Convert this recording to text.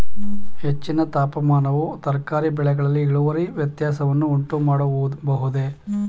ಹೆಚ್ಚಿನ ತಾಪಮಾನವು ತರಕಾರಿ ಬೆಳೆಗಳಲ್ಲಿ ಇಳುವರಿ ವ್ಯತ್ಯಾಸವನ್ನು ಉಂಟುಮಾಡಬಹುದೇ?